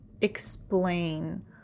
explain